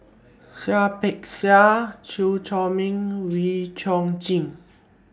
Seah Peck Seah Chew Chor Meng Wee Chong Jin